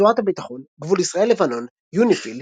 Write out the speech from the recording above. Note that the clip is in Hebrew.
רצועת הביטחון גבול ישראל–לבנון יוניפי"ל